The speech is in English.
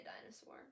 dinosaur